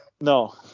No